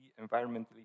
environmentally